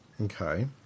Okay